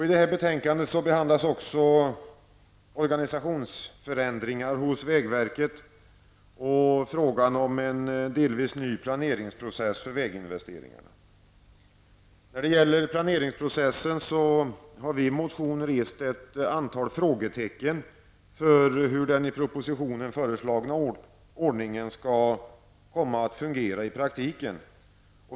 I betänkandet behandlas också organisationsförändringar hos vägverket och frågan om en delvis ny planeringsprocess för väginvesteringarna. Beträffande planeringsprocessen har vi i vår motion rest ett antal frågetecken för hur den i propositionen föreslagna ordningen skall komma att fungera i praktiken.